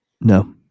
No